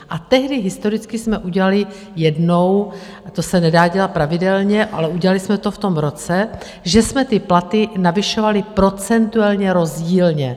A tehdy historicky jsme udělali jednou, a to se nedá dělat pravidelně, ale udělali jsme to v tom roce, že jsme ty platy navyšovali procentuálně rozdílně.